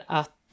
att